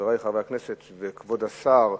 ולחברי חברי הכנסת ולכבוד השר,